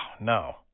no